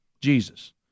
Jesus